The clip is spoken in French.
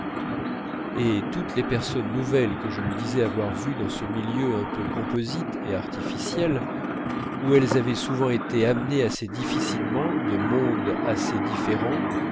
et toutes les personnes nouvelles que je lui disais avoir vues dans ce milieu un peu composite et artificiel où elles avaient souvent été amenées assez difficilement et de mondes assez différents